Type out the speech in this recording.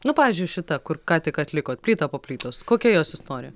nu pavyzdžiui šita kur ką tik atlikot plyta po plytos kokia jos istorija